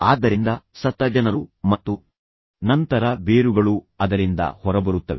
ಆದ್ದರಿಂದ ಸತ್ತ ಜನರು ಮತ್ತು ನಂತರ ಬೇರುಗಳು ಅದರಿಂದ ಹೊರಬರುತ್ತವೆ